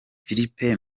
felipe